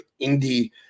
indie